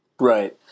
Right